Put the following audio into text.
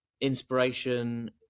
inspiration